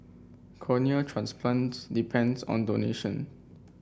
cornea transplants depends on donation